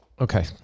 Okay